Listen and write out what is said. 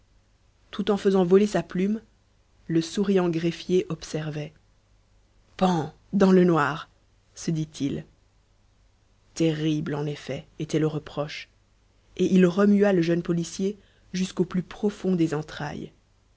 tout en faisant voler sa plume le souriant greffier observait pan dans le noir se dit-il terrible en effet était le reproche et il remua le jeune policier jusqu'au plus profond des entrailles